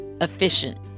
efficient